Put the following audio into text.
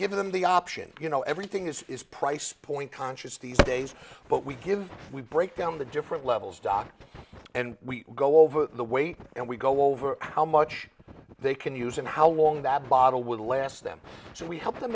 them the option you know everything is price point conscious these days but we give we break down the different levels doc and we go over the weight and we go over how much they can use and how long that bottle would last them so we help them